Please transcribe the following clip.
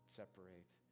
separate